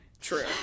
True